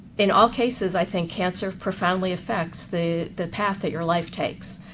in all cases, i think cancer profoundly affects the the path that your life takes.